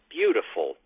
beautiful